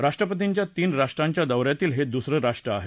राष्ट्रपतींच्या तीन राष्ट्रांच्या दौ यातील हे दुसरं राष्ट्र आहे